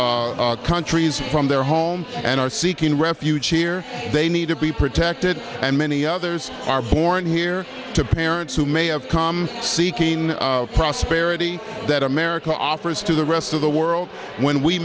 terrorist countries from their home and are seeking refuge here they need to be protected and many others are born here to parents who may have come seeking prosperity that america offers to the rest of the world when we